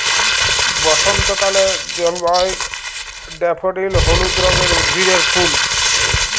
বসন্তকালে জল্ময় ড্যাফডিল হলুদ রঙের উদ্ভিদের ফুল